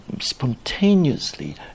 spontaneously